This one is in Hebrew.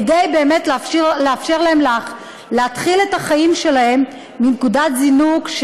כדי לאפשר להם להתחיל את החיים שלהם מנקודת זינוק,